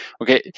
Okay